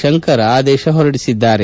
ಶಂಕರ್ ಆದೇಶ ಹೊರಡಿಸಿದ್ದಾರೆ